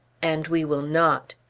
and we will not.